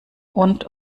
und